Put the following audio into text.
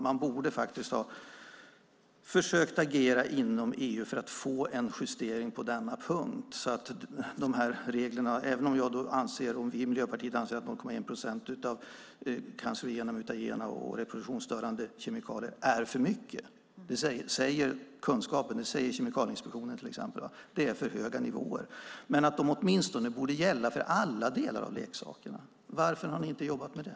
Man borde ha försökt agera inom EU för att få en justering av de här reglerna. Även om vi i Miljöpartiet anser att 0,1 procent av cancerogena, mutagena och reproduktionsstörande kemikalier är för mycket - det säger kunskapen, det säger till exempel Kemikalieinspektionen; det är för höga nivåer - borde reglerna åtminstone gälla för alla delar av leksakerna. Varför har ni inte jobbat med det?